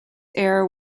heir